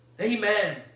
Amen